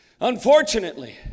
Unfortunately